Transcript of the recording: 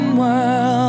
world